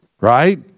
right